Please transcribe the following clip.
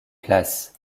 places